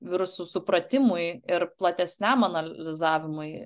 virusų supratimui ir platesniam analizavimui